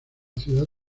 ciudad